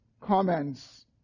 comments